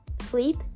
sleep